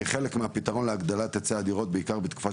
כחלק מהפתרון להגדלת היצע הדירות בעיקר בתקופה